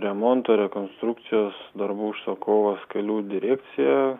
remonto rekonstrukcijos darbų užsakovas kelių direkcija